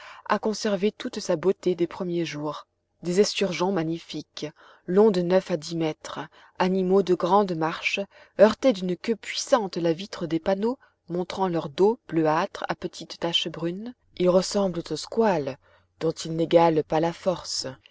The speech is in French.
a conserve toute sa beauté des premiers jours des esturgeons magnifiques longs de neuf à dix mètres animaux de grande marche heurtaient d'une queue puissante la vitre des panneaux montrant leur dos bleuâtre à petites taches brunes ils ressemblent aux squales dont ils n'égalent pas la force